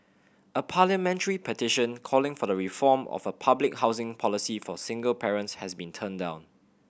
a parliamentary petition calling for the reform of the public housing policy for single parents has been turned down